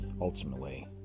Ultimately